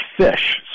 fish